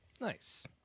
nice